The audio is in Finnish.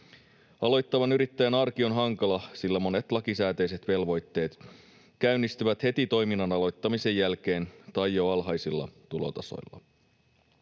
Aloittavan yrittäjän arki on hankala, sillä monet lakisääteiset velvoitteet käynnistyvät heti toiminnan aloittamisen jälkeen tai jo alhaisilla tulotasoilla.